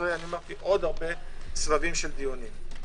אחרי הרבה סבבים של דיונים,